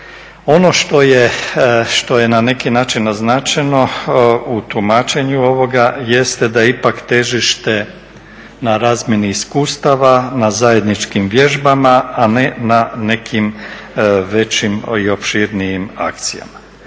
Ono što je na neki način naznačeno u tumačenju ovoga jeste da ipak težište na razmjeni iskustava, na zajedničkim vježbama, a ne na nekim većim i opširnijim akcijama.